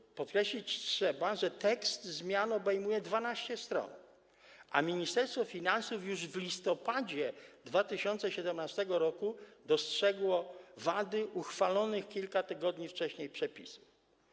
Trzeba podkreślić, że tekst zmian obejmuje 12 stron, a Ministerstwo Finansów już w listopadzie 2017 r. dostrzegło wady uchwalonych kilka tygodni wcześniej przepisów.